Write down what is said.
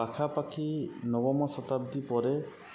ପାଖାପାଖି ନବମ ଶତାବ୍ଦୀ ପରେ